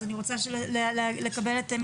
בין אם זה מול הרשות המקומית בקבלת היתר,